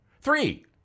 Three